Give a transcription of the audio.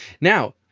Now